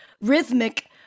rhythmic